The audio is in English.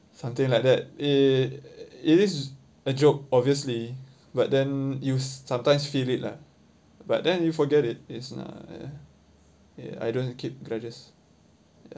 something like that it it is a joke obviously but then you sometimes feel it lah but then you forget it's uh I don't keep grudges